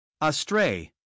Astray